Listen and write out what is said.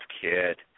kid